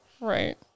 Right